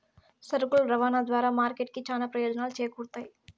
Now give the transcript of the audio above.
సరుకుల రవాణా ద్వారా మార్కెట్ కి చానా ప్రయోజనాలు చేకూరుతాయి